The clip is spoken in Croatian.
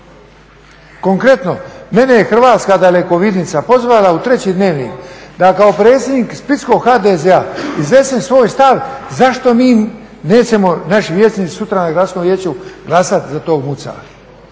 Konkretno, mene je hrvatska dalekovidnica pozvala u treći dnevnik da kao predsjednik splitskog HDZ-a iznesem svoj stav zašto mi nećemo, naši vijećnici sutra na gradskom vijeću glasati za tog Mucala.